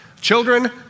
children